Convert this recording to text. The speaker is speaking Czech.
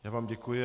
Já vám děkuji.